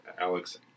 Alex